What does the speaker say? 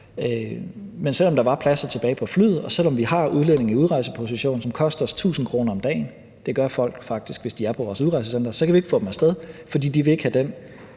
Men selv om der er pladser tilbage på flyet, og selv om vi har udlændinge i udrejseposition, som koster os 1.000 kr. om dagen – det gør folk faktisk, hvis de er på vores udrejsecentre – så kan vi ikke få dem af sted, fordi de ikke vil have den